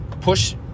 push